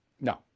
No